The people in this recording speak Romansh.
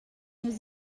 nus